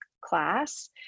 class